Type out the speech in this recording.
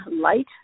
light